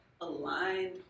aligned